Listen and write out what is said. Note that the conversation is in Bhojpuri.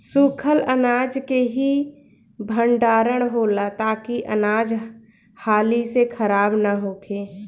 सूखल अनाज के ही भण्डारण होला ताकि अनाज हाली से खराब न होखे